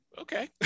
okay